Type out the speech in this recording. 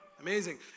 Amazing